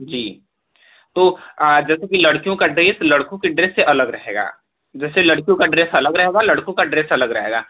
जी तो जैसा कि लड़कियों का ड्रेस लड़कों के ड्रेस से अलग रहगा जैसे लड़कियों का ड्रेस अलग रहेगा लड़कों का ड्रेस अलग रहेगा